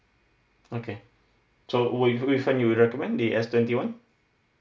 okay so which which [one] you'll recommend the S twenty one